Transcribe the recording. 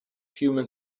human